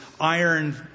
iron